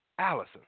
Allison